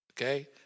Okay